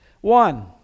one